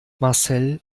marcel